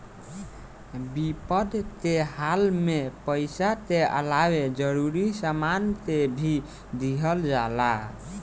विपद के हाल में पइसा के अलावे जरूरी सामान के भी दिहल जाला